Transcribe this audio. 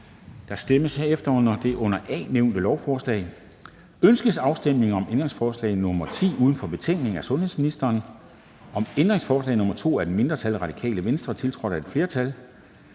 Der stemmes herefter om det under B nævnte lovforslag: Ønskes afstemning om ændringsforslag nr. 11, uden for betænkningen, af sundhedsministeren, om ændringsforslag nr. 5, af et mindretal (RV), tiltrådt af et flertal